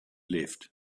left